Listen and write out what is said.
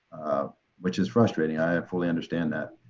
which is frustrating. i ah fully understand that.